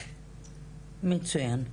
מצויין.